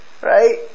Right